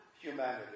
humanity